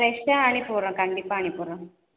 ஃப்ரெஷ்ஷாக அனுப்பிவிட்றோம் கண்டிப்பாக அனுப்பிவிட்றோம்